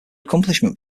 accomplishment